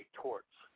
torch